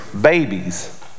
babies